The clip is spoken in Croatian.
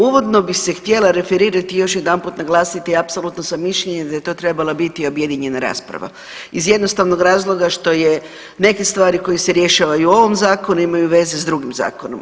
Uvodno bi se htjela referirati i još jedanput naglasiti apsolutno sam mišljenja da je to treba biti objedinjena rasprava iz jednostavnog razloga što je neke stvari koje se rješava i u ovom zakonu imaju veze s drugim zakonom.